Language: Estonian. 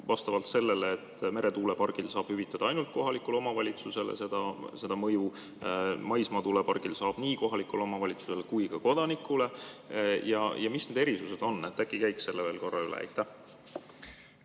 vastavalt sellele, et meretuulepargi puhul saab hüvitada ainult kohalikule omavalitsusele seda mõju, maismaatuulepargi puhul saab hüvitada nii kohalikule omavalitsusele kui ka kodanikule. Mis need erisused on, äkki käiks selle veel korra üle? Aitäh,